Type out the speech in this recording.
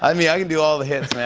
i mean, i can do all the hits,